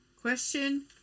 Question